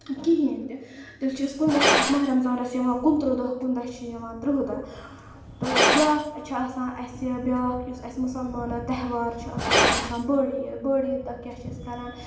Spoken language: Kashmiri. کِہیٖنۍ تہِ تیٚلہِ چھِ أسۍ کُنہِ دۄہ اَسہِ ماہ رمضانَس یِوان کُنہٕ تٕرٛہ دۄہ کُنہِ دۄہ چھِ یِوان تٕرٛہ دۄہ تہٕ بیٛاکھ چھِ آسان اَسہِ بیٛاکھ یُس اَسہِ مُسلمانَن تہوار چھُ آسان سُہ چھِ آسان بٔڑ عیٖد بٔڑ عیٖد دۄہ کیٛاہ چھِ أسۍ کَران